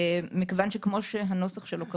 כי כפי שהנוסח שלו כרגע,